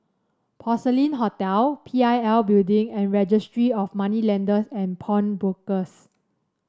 Porcelain Hotel P I L Building and Registry of Moneylenders and Pawnbrokers